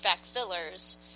fillers